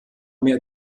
mehr